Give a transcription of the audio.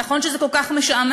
נכון שזה כל כך משעמם,